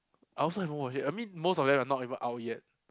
I also haven't watch yet I mean most of them are not even out yet